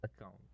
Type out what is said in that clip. account